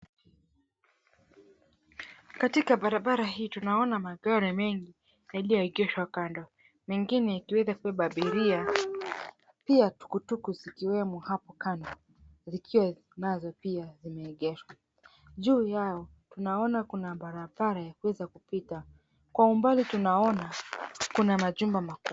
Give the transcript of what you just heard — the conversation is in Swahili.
Katika barabara hii tunaona magari, mengi yalio egeshwa kando. Mengine ya kiweza kubeba abiria, pia tukutuku zikiwemo hapo kando, zikiwa nazo pia zimegeshwa. Juu yao tunaona kuna barabara yameweza kupita. Kwa umbali tunaona kuna majumba makubwa.